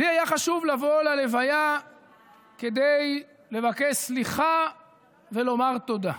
לי היה חשוב לבוא ללוויה כדי לבקש סליחה ולומר תודה,